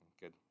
Good